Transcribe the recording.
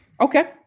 Okay